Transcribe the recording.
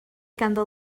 ganddo